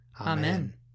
Amen